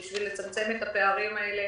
כדי לצמצם את הפערים האלה